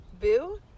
Boo